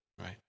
right